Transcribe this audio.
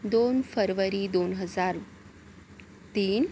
दोन फरवरी दोन हजार तीन